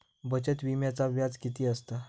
बचत विम्याचा व्याज किती असता?